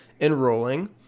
enrolling